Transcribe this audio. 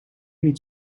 niet